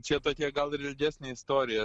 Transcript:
čia tokia gal ir ilgesnė istorija